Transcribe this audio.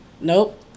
Nope